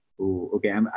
Okay